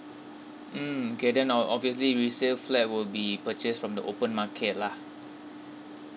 mm okay then ob~ obviously resale flat will be purchased from the open market lah